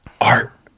Art